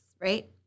right